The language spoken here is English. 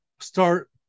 start